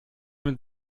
mit